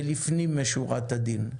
ולפנים משורת הדין.